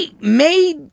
made